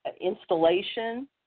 installation